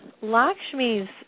Lakshmi's